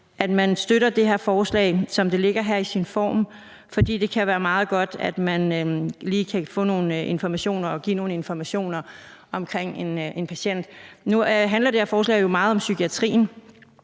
at man støtter det her forslag, som det ligger her i den her form, fordi det kan være meget godt, at man lige kan få nogle informationer og give nogle informationer om en patient. Nu handler det her forslag jo meget om psykiatrien.